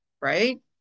right